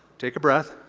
take a breath.